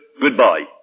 Goodbye